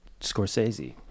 Scorsese